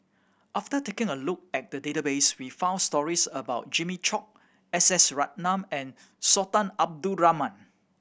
after taking a look at the database we found stories about Jimmy Chok S S Ratnam and Sultan Abdul Rahman